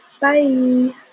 Bye